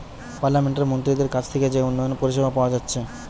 পার্লামেন্টের মন্ত্রীদের কাছ থিকে যে উন্নয়ন পরিষেবা পাওয়া যাচ্ছে